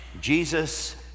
Jesus